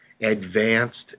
advanced